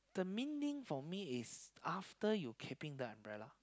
the main thing for me is after you keeping the umbrella